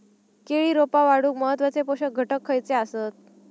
केळी रोपा वाढूक महत्वाचे पोषक घटक खयचे आसत?